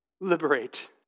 Liberate